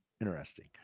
Interesting